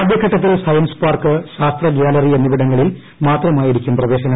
ആദ്യഘട്ടത്തിൽ science park ശാസ്ത്ര gallery എന്നിവിടങ്ങളിൽ മാത്രമായിരിക്കും പ്രവേശനം